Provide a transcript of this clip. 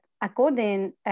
according